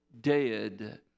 dead